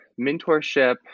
mentorship